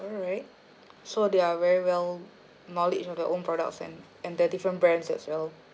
alright so they are very well knowledge of their own products and and there're different brands as well